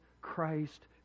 Christ